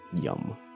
Yum